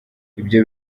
ibyo